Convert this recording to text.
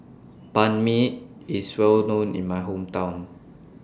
Banh MI IS Well known in My Hometown